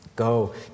Go